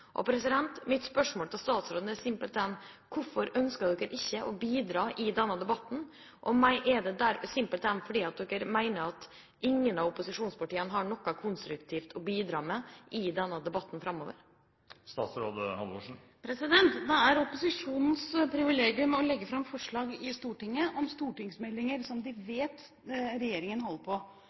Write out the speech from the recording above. Mitt spørsmål til statsråden er simpelthen: Hvorfor ønsker ikke regjeringspartiene å bidra i denne debatten? Er det simpelthen fordi man mener at ingen av opposisjonspartiene har noe konstruktivt å bidra med i denne debatten framover? Det er opposisjonens privilegium å legge fram forslag i Stortinget om stortingsmeldinger som de vet regjeringen holder på